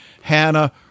hannah